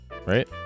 Right